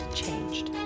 changed